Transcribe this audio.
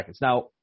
Now